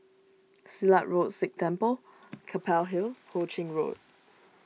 Silat Road Sikh Temple Keppel Hill Ho Ching Road